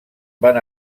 van